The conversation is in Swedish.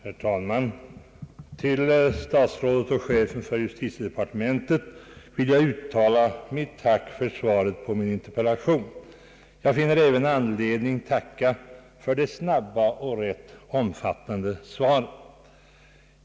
Herr talman! Till statsrådet och chefen för justitiedepartementet vill jag uttala mitt tack för svaret på min interpellation. Jag finner även anledning tacka för att svaret var snabbt och rätt omfattande.